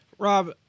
Rob